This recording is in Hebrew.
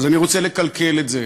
אז אני רוצה לקלקל את זה,